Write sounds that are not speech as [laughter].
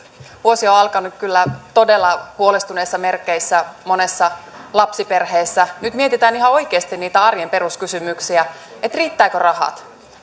vuosi on alkanut kyllä todella huolestuneissa merkeissä monessa lapsiperheessä nyt mietitään ihan oikeasti niitä arjen peruskysymyksiä että riittävätkö rahat [unintelligible]